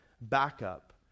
backup